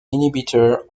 inhibitor